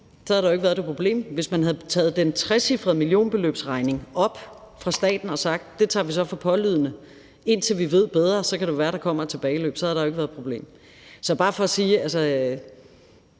Så havde der jo ikke været det problem. Hvis man fra statens side havde taget den trecifrede millionregning op og sagt, at man tog det for pålydende, indtil man vidste bedre, og så kan det være, at der kommer et tilbageløb, så havde der jo ikke været et problem. Så det er bare for sige, at sådan